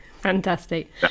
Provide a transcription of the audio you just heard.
Fantastic